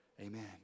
Amen